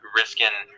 risking